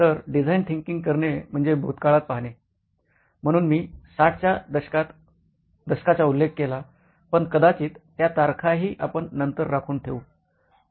तर design thinking करणे म्हणजे भूतकाळात पाहणे म्हणून मी ६० च्या दशकाचा उल्लेख केला पण कदाचित त्या तारखाही आपण नंतर राखून ठेवू